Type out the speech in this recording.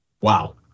Wow